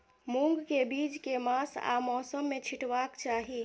मूंग केँ बीज केँ मास आ मौसम मे छिटबाक चाहि?